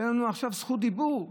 אין לנו עכשיו זכות דיבור.